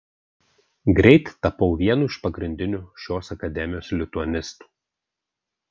greit tapau vienu iš pagrindinių šios akademijos lituanistų